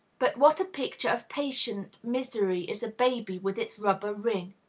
but what a picture of patient misery is a baby with its rubber ring!